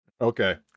Okay